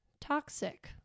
toxic